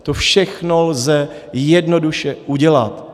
To všechno lze jednoduše udělat.